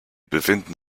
befinden